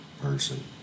person